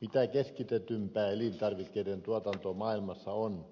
mitä keskitetympää elintarvikkeiden tuotanto maailmassa on